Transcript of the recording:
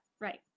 right